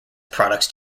products